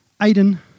Aiden